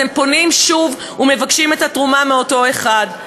אז הם פונים שוב ומבקשים את התרומה מאותו אחד.